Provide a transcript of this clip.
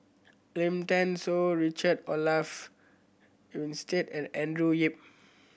Lim Thean Soo Richard Olaf Winstedt and Andrew Yip